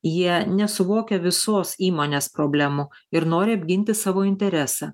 jie nesuvokia visos įmonės problemų ir nori apginti savo interesą